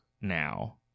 now